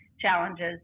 challenges